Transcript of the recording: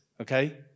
Okay